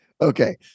Okay